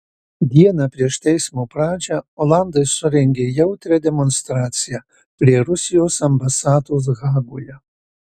dieną prieš teismo pradžią olandai surengė jautrią demonstraciją prie rusijos ambasados hagoje